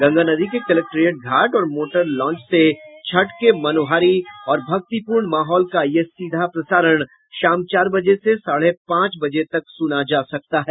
गंगा नदी के कलेक्टेरिएट घाट और मोटर लांच से छठ के मनोहारी और भक्तिपूर्ण माहौल का यह सीधा प्रसारण शाम चार बजे से साढे पांच बजे तक सुना जा सकता है